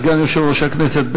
סגן יושב-ראש הכנסת,